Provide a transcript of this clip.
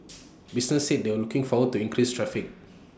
businesses said they were looking forward to increased traffic